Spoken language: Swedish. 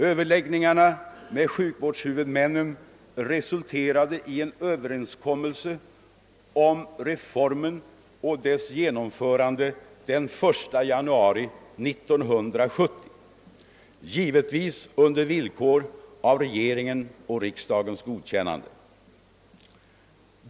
Överläggningarna med sjukvårdshuvudmännen resulterade i en överenskommelse om reformen och dess genomförande den 1 januari 1970, givetvis under förutsättning av regeringens och riksdagens godkännande.